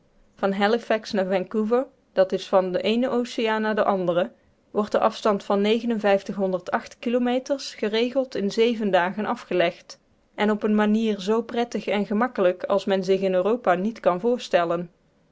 van halifax naar vancouver dat is van den eenen oceaan naar den anderen wordt de afstand van kilometers geregeld in zeven dagen afgelegd en op een manier zoo prettig en gemakkelijk als men zich in europa niet kan voorstellen